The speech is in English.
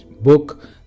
book